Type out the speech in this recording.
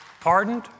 Pardoned